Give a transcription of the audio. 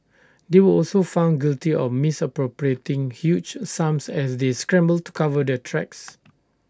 they were also found guilty of misappropriating huge sums as they scrambled to cover their tracks